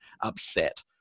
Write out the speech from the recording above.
upset